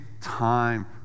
time